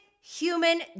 human